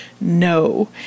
No